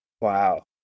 Wow